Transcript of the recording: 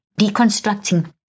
deconstructing